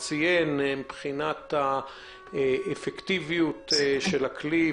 מבחינת האפקטיביות של הכלי,